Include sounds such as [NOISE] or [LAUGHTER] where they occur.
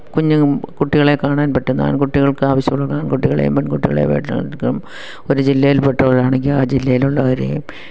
കുഞ്ഞ് കുട്ടികളെ കാണാന് പറ്റുന്ന ആണ്കുട്ടികള്ക്ക് ആവശ്യം ഉള്ള ആണ്കുട്ടികളേം പെണ്കുട്ടികളേം [UNINTELLIGIBLE] ഒരു ജില്ലയില്പ്പെട്ടവരാണെങ്കിൽ ആ ജില്ലയിലുള്ളവരേം